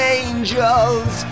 angels